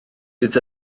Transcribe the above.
bydd